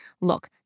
look